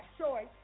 choice